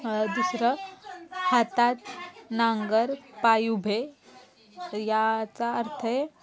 दुसरं हातात नांगर पाय उभे याचा अर्थ आहे